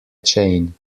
chain